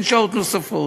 אין שעות נוספות,